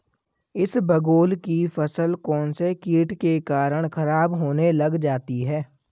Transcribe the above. इसबगोल की फसल कौनसे कीट के कारण खराब होने लग जाती है?